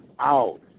out